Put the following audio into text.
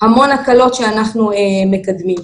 המון הקלות שאנחנו מקדמים.